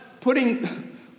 putting